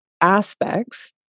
aspects